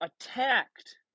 attacked